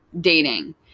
dating